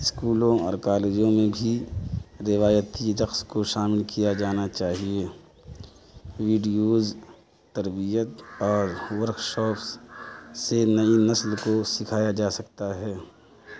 اسکولوں اور کالجوں میں بھی روایتی رقص کو شامل کیا جانا چاہیے ویڈیوز تربیت اور ورکشاپس سے نئی نسل کو سکھایا جا سکتا ہے